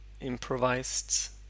improvised